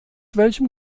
welchem